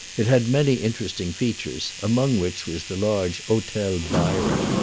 it had many interesting features, among which was the large hotel byron,